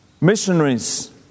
Missionaries